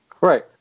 Right